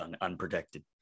unprotected